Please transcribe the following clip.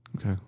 okay